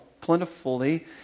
plentifully